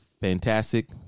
fantastic